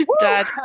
Dad